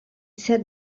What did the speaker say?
sat